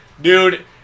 dude